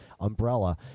umbrella